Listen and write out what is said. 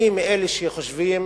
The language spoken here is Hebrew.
אני מאלה שחושבים